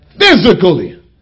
physically